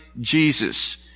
Jesus